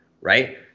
right